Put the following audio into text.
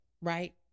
right